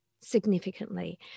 significantly